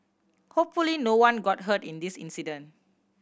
hopefully no one got hurt in this incident